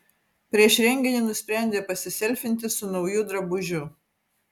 prieš renginį nusprendė pasiselfinti su nauju drabužiu